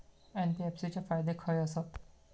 NBFC चे फायदे खाय आसत?